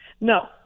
no